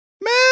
Man